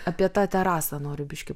apie tą terasą noriu biškį